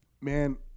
man